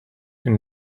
and